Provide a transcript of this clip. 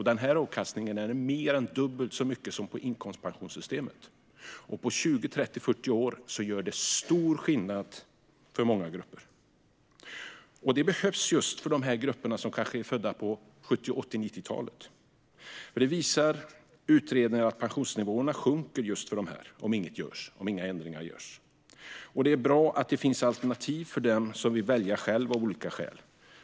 Den här avkastningen är mer än dubbelt så stor som i inkomstpensionssystemet. På 20, 30, 40 år gör det stor skillnad för många grupper. Det behövs just för de här grupperna, som kanske är födda på 70, 80 eller 90-talet. Utredningar visar att pensionsnivåerna sjunker för dessa grupper om inga ändringar görs. Det är bra att det finns alternativ för dem som av olika skäl inte vill välja själva.